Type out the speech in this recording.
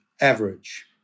average